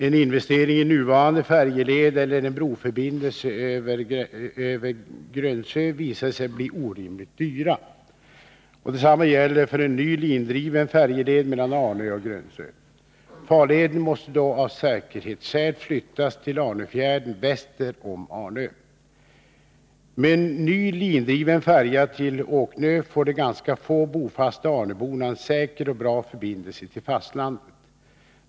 En investering i nuvarande färjeled eller en broförbindelse över Grönsö visade sig bli orimligt dyra. Detsamma gäller för en ny lindriven färjeled mellan Arnö och Grönsö. Farleden måste då av säkerhetsskäl flyttas till Arnöfjärden väster om Arnö. Med en ny lindriven färja till Oknö får de ganska få bofasta arnöborna en säker och bra förbindelse till fastlandet.